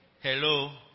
Hello